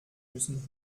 müssen